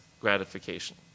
gratification